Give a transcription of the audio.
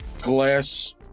glass